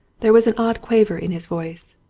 there was an odd quaver in his voice.